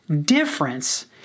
difference